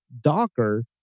Docker